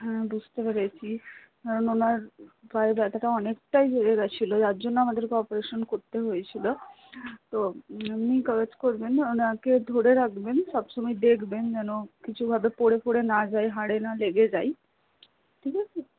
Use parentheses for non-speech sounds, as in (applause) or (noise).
হ্যাঁ বুঝতে পেরেছি কারণ ওঁর পায়ের ব্যথাটা অনেকটাই বেড়ে গেছিলো যার জন্য আমাদেরকে অপারেশান করতে হয়েছিলো তো এমনিই (unintelligible) করবেন ওঁকে ধরে রাখবেন সবসময় দেখবেন যেন কিছুভাবে পড়ে টড়ে না যায় হাড়ে না লেগে যায় ঠিক আছে